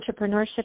entrepreneurship